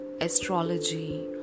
Astrology